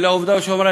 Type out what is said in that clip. לעובדה ולשומרה,